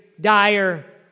dire